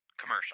commercial